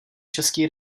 český